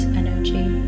energy